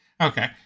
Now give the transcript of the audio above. Okay